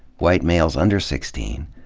white males under sixteen,